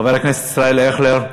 חבר הכנסת ישראל אייכלר,